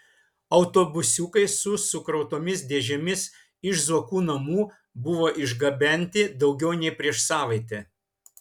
autobusiukai su sukrautomis dėžėmis iš zuokų namų buvo išgabenti daugiau nei prieš savaitę